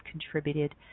contributed